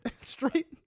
straight